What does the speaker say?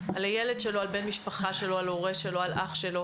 על בן משפחה שלו, על הורה שלו, על אח שלו